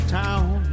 town